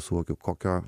suvokiau kokio